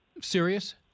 serious